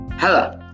Hello